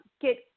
Get